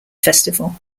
festival